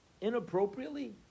inappropriately